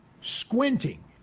squinting